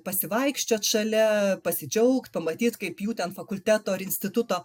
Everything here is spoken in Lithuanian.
pasivaikščiot šalia pasidžiaugt pamatyt kaip jų ten fakulteto ar instituto